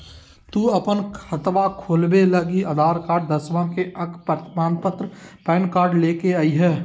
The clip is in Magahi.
तू अपन खतवा खोलवे लागी आधार कार्ड, दसवां के अक प्रमाण पत्र, पैन कार्ड ले के अइह